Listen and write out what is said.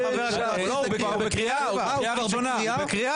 הוא בקריאה, בטח.